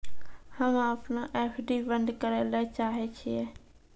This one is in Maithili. हम्मे अपनो एफ.डी बन्द करै ले चाहै छियै